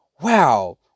Wow